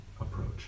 approach